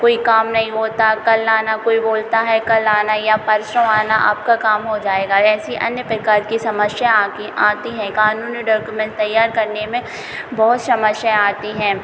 कोई काम नहीं होता कल आना कोई बोलता है कल आना या परसों आना आपका काम हो जाएगा जैसी अन्य प्रकार की समस्या आकी आती हैं क़ानूनी डॉक्युमेन तैयार करने में बहुत समस्याऍं आती हैं